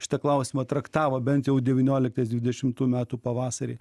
šitą klausimą traktavo bent jau devynioliktais dvidešimtų metų pavasarį